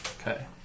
Okay